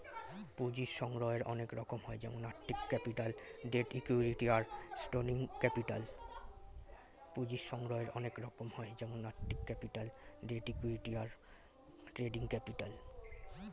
পুঁজির সংগ্রহের অনেক রকম হয় যেমন আর্থিক ক্যাপিটাল, ডেট, ইক্যুইটি, আর ট্রেডিং ক্যাপিটাল